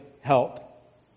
help